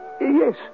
Yes